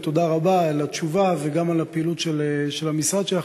ותודה רבה על התשובה וגם על הפעילות של המשרד שלך.